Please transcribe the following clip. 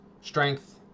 strength